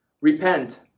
repent